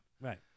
Right